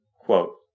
Quote